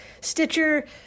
Stitcher